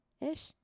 ish